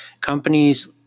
Companies